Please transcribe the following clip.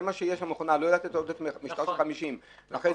זה מה שיש במכונה - לא יודעת לתת עודף משטר של 50. לכן,